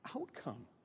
outcome